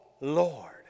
Lord